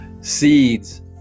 Seeds